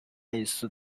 类似